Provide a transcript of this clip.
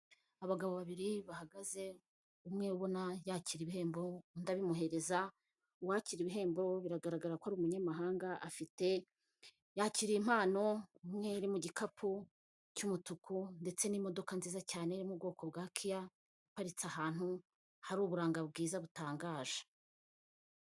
Abagabo babiri bahagaze umwe ubona yakira ibihembo undi abimuhereza uwakira ibihembo biragaragara ko ari umunyamahanga afite yakira impano imwe iri mu gikapu cy'umutuku ndetse n'imodoka nziza cyane yo mu bwoko bwa kiya iparitse ahantu hari uburanga bwiza butangaje.